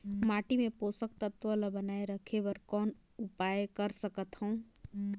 माटी मे पोषक तत्व ल बनाय राखे बर कौन उपाय कर सकथव?